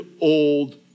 old